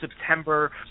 September